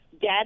dad